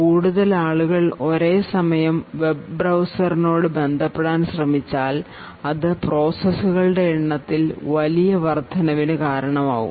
കൂടുതൽ ആളുകൾ ഒരേസമയം വെബ് ബ്രൌസർ നോട് ബന്ധപ്പെടാൻ ശ്രമിച്ചാൽ ഇത് processകളുടെ എണ്ണത്തിൽ വലിയ വർദ്ധനവിന് കാരണമാകും